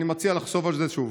אני מציע לחשוב על זה שוב.